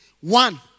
one